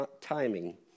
timing